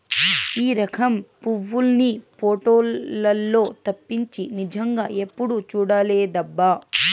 ఈ రకం పువ్వుల్ని పోటోలల్లో తప్పించి నిజంగా ఎప్పుడూ చూడలేదబ్బా